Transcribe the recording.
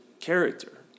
character